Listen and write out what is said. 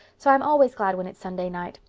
so i'm always glad when it's sunday night.